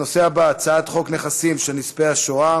הנושא הבא: הצעת חוק נכסים של נספי השואה